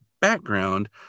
background